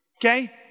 Okay